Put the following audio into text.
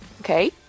okay